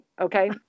Okay